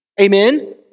Amen